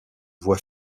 voie